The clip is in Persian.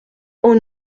اون